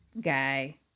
guy